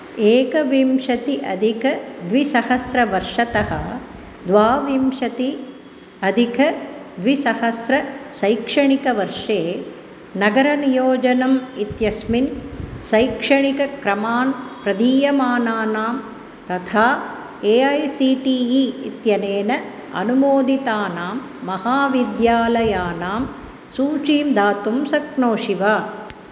एकविंशतिः अधिकद्विसहस्रवर्षतः द्वाविंशति अधिकद्विसहस्रशैक्षणिकवर्षे नगरनियोजनम् इत्यस्मिन् शैक्षणिकक्रमान् प्रदीयमानानां तथा A I C T E इत्यनेन अनुमोदितानां महाविद्यालयानां सूचीं दातुं शक्नोषि वा